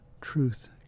truth